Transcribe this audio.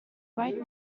right